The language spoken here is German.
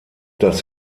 das